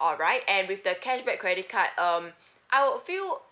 alright and with the cashback credit card um I would feel